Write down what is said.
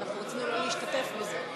ואנחנו רוצים גם לא להשתתף בזה.